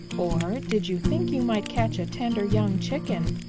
or did you think you might catch a tender young chicken?